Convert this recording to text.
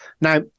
now